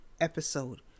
episode